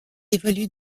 évolue